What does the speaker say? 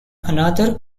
another